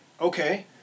Okay